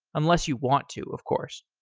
unless you want to, of course.